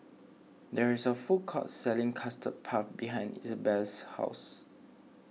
there is a food court selling Custard Puff behind Izabelle's house